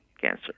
cancer